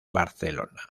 barcelona